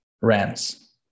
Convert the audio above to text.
rams